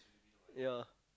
ya